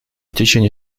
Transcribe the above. течение